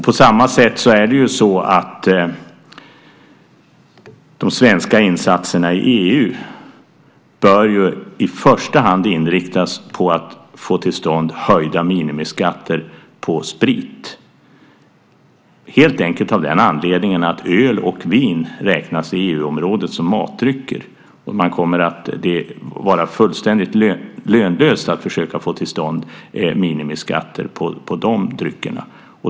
På samma sätt bör de svenska insatserna i EU i första hand inriktas på att få till stånd höjda minimiskatter på sprit, helt enkelt av den anledningen att öl och vin i EU-området räknas som matdrycker och att det kommer att vara fullständigt lönlöst att försöka få till stånd minimiskatter på dessa drycker.